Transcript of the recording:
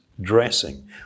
dressing